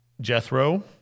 Jethro